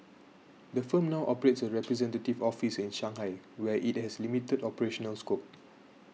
the firm now operates a representative office in Shanghai where it has limited operational scope